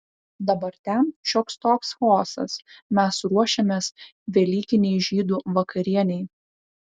dabar ten šioks toks chaosas mes ruošėmės velykinei žydų vakarienei